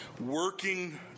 Working